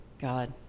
god